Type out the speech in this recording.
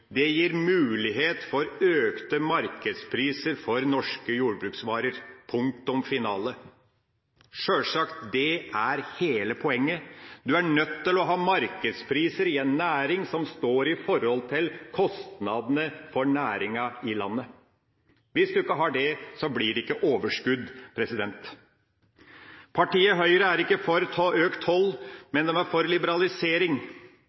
det gir mulighet for økte markedspriser for norske jordbruksvarer. Punktum finale. Sjølsagt er det hele poenget. I en næring er man er nødt til å ha markedspriser som står i forhold til kostnadene for næringa i landet. Hvis man ikke har det, blir det ikke overskudd. Partiet Høyre er ikke for økt toll,